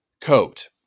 coat